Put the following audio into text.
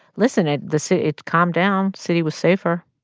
listen. it the city it calmed down, city was safer.